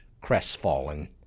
crestfallen